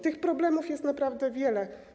Tych problemów jest naprawdę wiele.